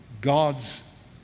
God's